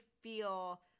feel